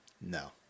no